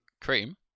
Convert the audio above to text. Cream